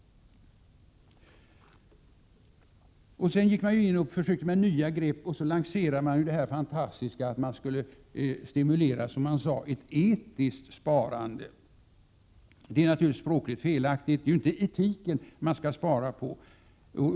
Sedan gick man in och försökte med nya grepp och lanserade det fantastiska att man, som man sade, skulle stimulera ett etiskt sparande. Det är naturligtvis språkligt felaktigt — det är inte etiken man skall spara på.